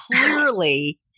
clearly